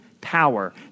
power